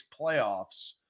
playoffs